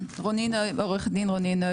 עורכת דין רוני,